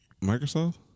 Microsoft